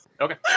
Okay